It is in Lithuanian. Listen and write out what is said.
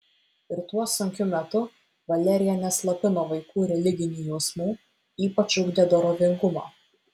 ir tuo sunkiu metu valerija neslopino vaikų religinių jausmų ypač ugdė dorovingumą